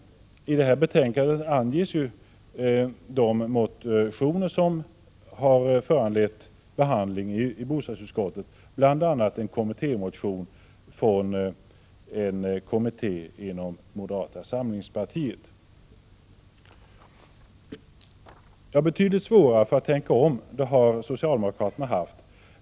I betänkandet tas de motioner upp som har föranlett behandling i bostadsutskottet, bl.a. en kommittémotion från moderata samlingspartiet. Betydligt svårare för att tänka om har socialdemokraterna haft.